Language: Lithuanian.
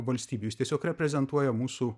valstybių jis tiesiog reprezentuoja mūsų